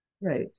Right